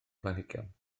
planhigion